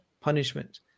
punishment